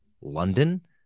London